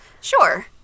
Sure